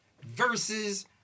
versus